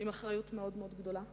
עם אחריות מאוד-מאוד גדולה,